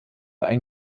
ein